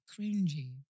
cringy